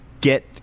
get